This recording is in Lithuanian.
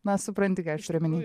na supranti ką aš turiu omeny